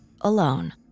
alone